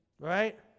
Right